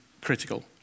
critical